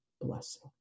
blessing